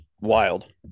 wild